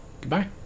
Goodbye